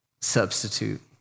substitute